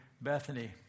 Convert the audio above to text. Bethany